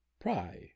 Pry